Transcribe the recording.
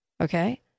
Okay